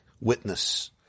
witness